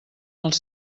als